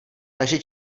takže